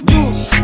Juice